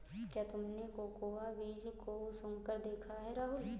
क्या तुमने कोकोआ बीज को सुंघकर देखा है राहुल?